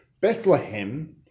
Bethlehem